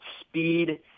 speed